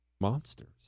Monsters